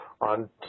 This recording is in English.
on